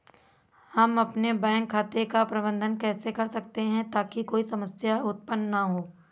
हम अपने बैंक खाते का प्रबंधन कैसे कर सकते हैं ताकि कोई समस्या उत्पन्न न हो?